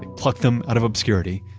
plucked them out of obscurity,